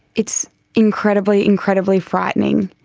it's incredibly, incredibly frightening.